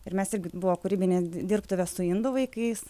ir mes irgi buvo kūrybinės di dirbtuvės su indų vaikais